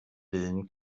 willen